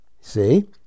see